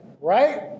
right